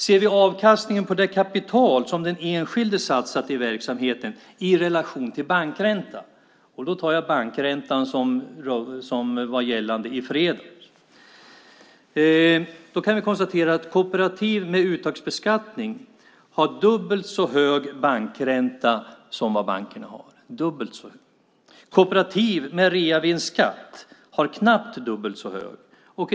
Ser vi avkastningen på det kapital som den enskilde satsat i verksamheten i relation till bankräntan - den bankränta som var gällande i fredags - kan vi konstatera att kooperativ med uttagsbeskattning har dubbelt så hög ränta som bankräntan. Kooperativ med reavinstskatt har knappt dubbelt så hög ränta.